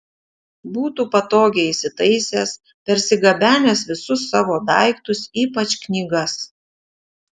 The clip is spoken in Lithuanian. būtų patogiai įsitaisęs persigabenęs visus savo daiktus ypač knygas